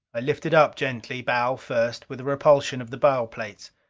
i lifted up gently, bow first, with a repulsion of the bow plates.